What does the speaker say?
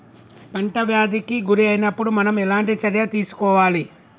పంట వ్యాధి కి గురి అయినపుడు మనం ఎలాంటి చర్య తీసుకోవాలి?